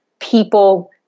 people